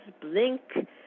blink